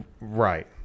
Right